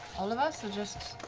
all of us or just?